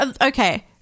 okay